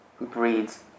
breeds